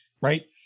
right